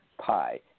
pie